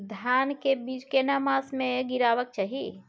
धान के बीज केना मास में गीरावक चाही?